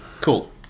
Cool